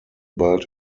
belt